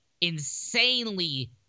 insanely